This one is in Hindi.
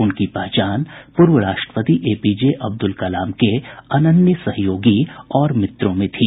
उनकी पहचान पूर्व राष्ट्रपति A P J Abdul Kalam के अनन्य सहयोगी और मित्रों में थी